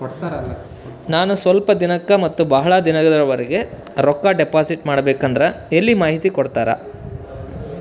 ನಾನು ಸ್ವಲ್ಪ ದಿನಕ್ಕ ಮತ್ತ ಬಹಳ ದಿನಗಳವರೆಗೆ ರೊಕ್ಕ ಡಿಪಾಸಿಟ್ ಮಾಡಬೇಕಂದ್ರ ಎಲ್ಲಿ ಮಾಹಿತಿ ಕೊಡ್ತೇರಾ?